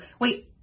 Wait